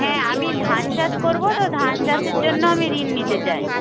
হ্যাঁ আমি ধান চাষ করব তো ধান চাষের জন্য আমি ঋণ নিতে চাই